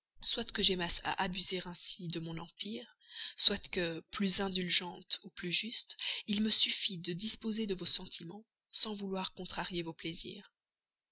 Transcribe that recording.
soit que j'aimasse à abuser ainsi de mon empire soit que plus indulgente ou plus juste il me suffît de disposer de vos sentiments sans vouloir contrarier vos plaisirs